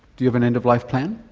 do you have an end-of-life plan?